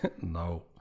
no